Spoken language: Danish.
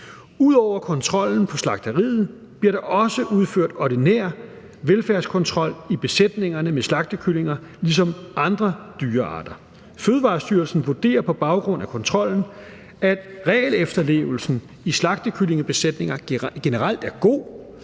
Ud over kontrollen på slagteriet bliver der også udført ordinær velfærdskontrol i besætningerne med slagtekyllinger ligesom i forhold til andre dyrearter. Fødevarestyrelsen vurderer på baggrund af kontrollen, at regelefterlevelsen i slagtekyllingebesætninger generelt er god